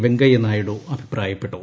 വെങ്കയ്യനായിഡു അഭിപ്രായപ്പെട്ടു